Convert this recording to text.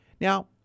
Now